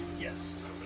Yes